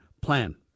plan